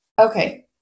Okay